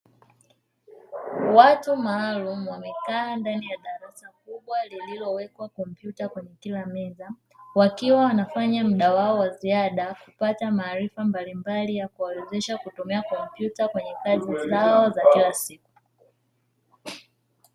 Watu maalumu wamekaa ndani ya darasa kubwa lililowekwa kompyuta kwenye kila meza, wakiwa wanafanya mda wao wa ziada kupata maarifa mbalimbali ya kuwawezesha kutumia kompyuta kwenye kazi zao za kila siku.